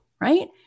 Right